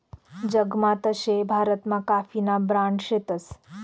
जगमा तशे भारतमा काफीना ब्रांड शेतस